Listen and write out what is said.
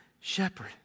shepherd